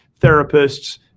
therapists